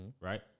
right